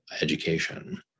education